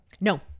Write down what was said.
No